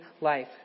life